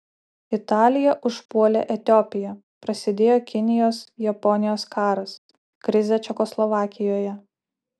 italija užpuolė etiopiją prasidėjo kinijos japonijos karas krizė čekoslovakijoje